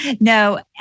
no